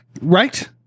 right